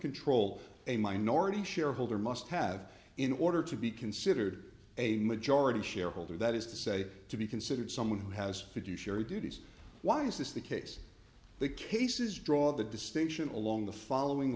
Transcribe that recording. control a minority shareholder must have in order to be considered a majority shareholder that is to say to be considered someone who has to do share duties why is this the case the cases draw the distinction along the following